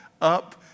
up